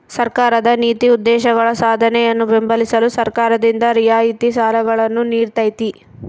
ಸರ್ಕಾರದ ನೀತಿ ಉದ್ದೇಶಗಳ ಸಾಧನೆಯನ್ನು ಬೆಂಬಲಿಸಲು ಸರ್ಕಾರದಿಂದ ರಿಯಾಯಿತಿ ಸಾಲಗಳನ್ನು ನೀಡ್ತೈತಿ